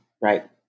right